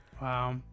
Wow